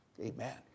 Amen